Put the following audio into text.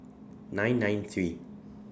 nine nine three